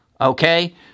okay